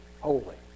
holy